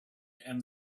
and